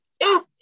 yes